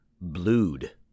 Blued